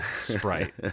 sprite